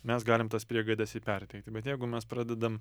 mes galim tas priegaides i perteikti bet jeigu mes pradedam